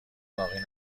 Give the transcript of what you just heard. باقی